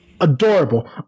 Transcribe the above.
Adorable